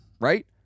right